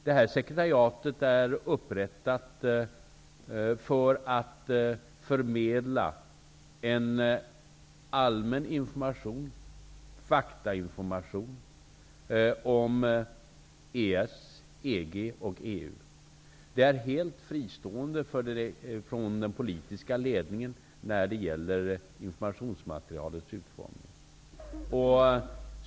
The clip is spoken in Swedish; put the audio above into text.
Detta sekretariat är upprättat för att förmedla en allmän information, faktainformation, om EES, EG och EU. Det är helt fristående från den politiska ledningen när det gäller informationsmaterialets utformning.